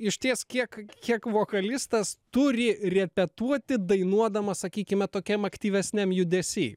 išties kiek kiek vokalistas turi repetuoti dainuodamas sakykime tokiam aktyvesniam judesy